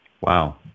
Wow